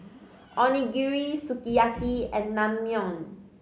Onigiri Sukiyaki and Naengmyeon